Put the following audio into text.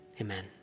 amen